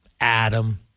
Adam